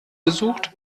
besucht